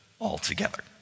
altogether